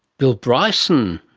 bill bryson?